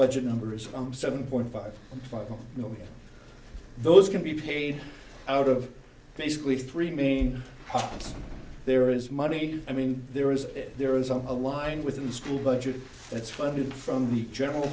budget numbers from seven point five five you know those can be paid out of basically three main there is money i mean there is a there isn't a line within the school budget that's funded from the general